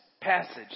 passage